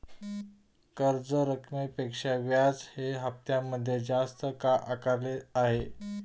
कर्ज रकमेपेक्षा व्याज हे हप्त्यामध्ये जास्त का आकारले आहे?